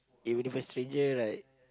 if it was a stranger right